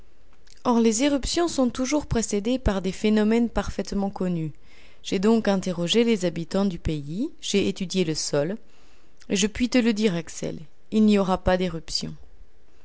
or les éruptions sont toujours précédées par des phénomènes parfaitement connus j'ai donc interrogé les habitants du pays j'ai étudié le sol et je puis te le dire axel il n'y aura pas d'éruption